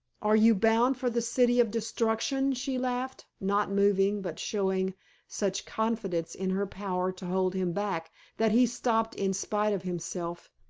are you bound for the city of destruction? she laughed, not moving, but showing such confidence in her power to hold him back that he stopped in spite of himself.